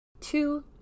two